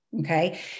okay